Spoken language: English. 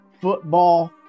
football